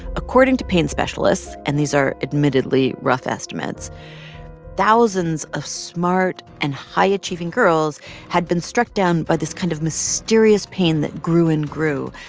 according to pain specialists and these are admittedly rough estimates thousands of smart and high-achieving girls had been struck down by this kind of mysterious pain that grew and grew,